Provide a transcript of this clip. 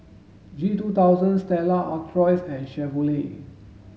G two thousand Stella Artois and Chevrolet